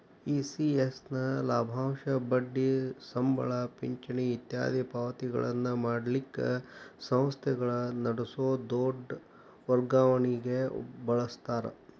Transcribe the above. ECS ನ ಲಾಭಾಂಶ, ಬಡ್ಡಿ, ಸಂಬಳ, ಪಿಂಚಣಿ ಇತ್ಯಾದಿ ಪಾವತಿಗಳನ್ನ ಮಾಡಲಿಕ್ಕ ಸಂಸ್ಥೆಗಳ ನಡಸೊ ದೊಡ್ ವರ್ಗಾವಣಿಗೆ ಬಳಸ್ತಾರ